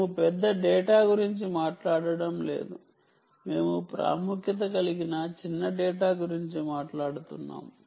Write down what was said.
మేము పెద్ద డేటా గురించి మాట్లాడటం లేదు మేము ప్రాముఖ్యత కలిగిన చిన్న డేటా గురించి మాట్లాడుతున్నాము